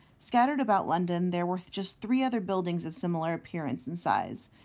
scattered about london there were just three other buildings of similar appearance and size.